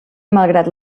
malgrat